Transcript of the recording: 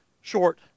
short